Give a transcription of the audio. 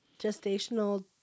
gestational